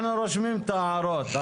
אנחנו רושמים את ההערות.